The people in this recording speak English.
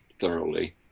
thoroughly